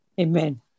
Amen